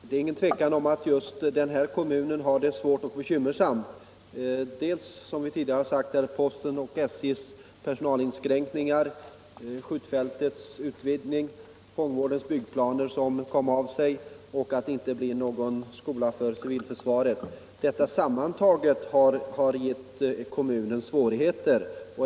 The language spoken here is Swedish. Herr talman! Utan tvivel har den här kommunen det bekymmersamt. Tisdagen den Postens och SJ:s personalinskränkningar, skjutfältets utvidgning, fång 27 april 1976 vårdens byggplaner som kom av sig, och det förhållandet att det inte —TldZ blev någon skola för civilförsvaret — allt detta sammantaget har givit - Om ersättningsetakommunen svårigheter.